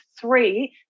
three